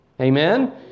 Amen